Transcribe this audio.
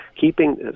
keeping